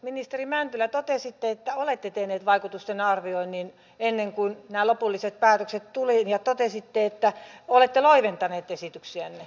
ministeri mäntylä totesitte että olette tehneet vaikutusten arvioinnin ennen kuin nämä lopulliset päätökset tulivat ja totesitte että olette loiventaneet esityksiänne